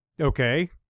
okay